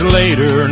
later